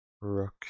Rook